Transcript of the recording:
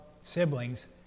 siblings